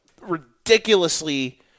ridiculously